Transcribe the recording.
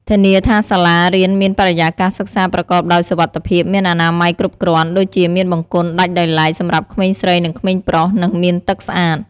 ធានាថាសាលារៀនមានបរិយាកាសសិក្សាប្រកបដោយសុវត្ថិភាព មានអនាម័យគ្រប់គ្រាន់ ដូចជាមានបង្គន់ដាច់ដោយឡែកសម្រាប់ក្មេងស្រី និងក្មេងប្រុស និងមានទឹកស្អាត។